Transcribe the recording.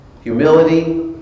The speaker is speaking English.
humility